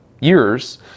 years